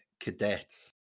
cadets